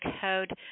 code